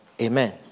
Amen